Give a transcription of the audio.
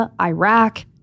Iraq